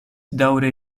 daŭre